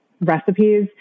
recipes